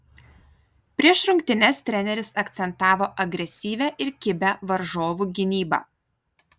prieš rungtynes treneris akcentavo agresyvią ir kibią varžovų gynybą